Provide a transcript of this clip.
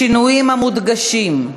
בשינויים המודגשים,